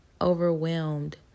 overwhelmed